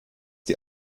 die